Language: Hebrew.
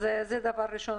זה דבר ראשון.